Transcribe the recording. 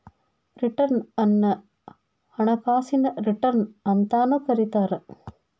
return ಅನ್ನ ಹಣಕಾಸಿನ return ಅಂತಾನೂ ಕರಿತಾರ